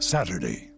Saturday